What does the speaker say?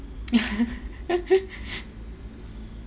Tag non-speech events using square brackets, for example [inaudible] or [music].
[laughs]